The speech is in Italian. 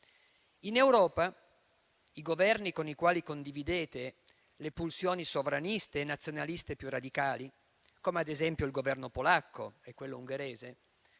In Europa, i Governi con i quali condividete le pulsioni sovraniste e nazionaliste più radicali, come ad esempio il Governo polacco e quello ungherese,